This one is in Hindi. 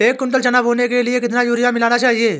एक कुंटल चना बोने के लिए कितना यूरिया मिलाना चाहिये?